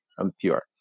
impure